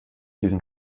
diesen